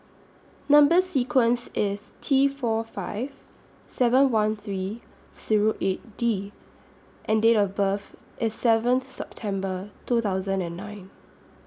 Number sequence IS T four five seven one three Zero eight D and Date of birth IS seventh September two thousand and nine